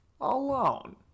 alone